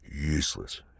Useless